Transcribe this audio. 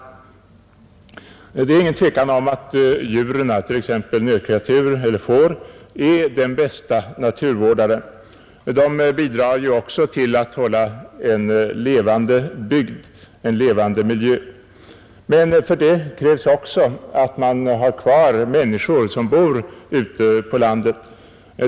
Det råder ingen tvekan om att djuren, t.ex. nötkreatur eller får, är de bästa naturvårdarna. De bidrar ju också till att skapa en levande miljö. Men för detta krävs också att det finns kvar människor, som bor ute på landet.